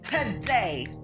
Today